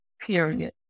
period